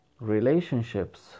Relationships